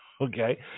Okay